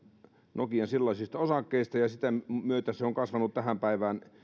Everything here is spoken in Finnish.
nokian silloisista osakkeista ja ja sitä myötä se on kasvanut tähän päivään